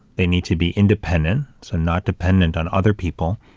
they need to be independent, so not dependent on other people.